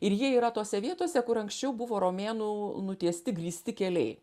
ir jie yra tose vietose kur anksčiau buvo romėnų nutiesti grįsti keliai